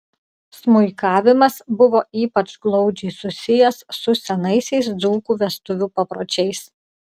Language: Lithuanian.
smuikavimas buvo ypač glaudžiai susijęs su senaisiais dzūkų vestuvių papročiais